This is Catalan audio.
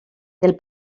del